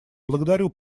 благодарю